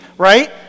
Right